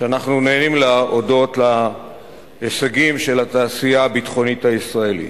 שאנחנו נהנים ממנה הודות להישגים של התעשייה הביטחונית הישראלית.